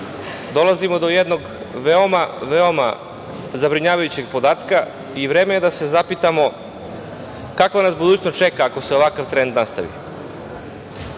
dolazimo do jednog veoma, veoma zabrinjavajućeg podatka i vreme je da se zapitamo kakva nas budućnost čeka ako se ovakav trend nastavi. Naravno,